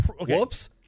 Whoops